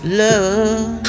love